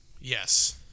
Yes